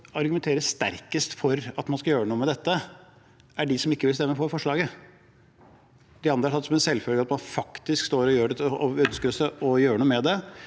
argumenterer sterkest for at man skal gjøre noe med dette, er de som ikke vil stemme for forslaget. Vi andre har tatt det som en selvfølge at man faktisk ønsker å gjøre noe med det.